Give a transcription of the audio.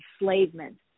enslavement